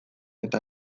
eta